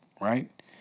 Right